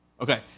Okay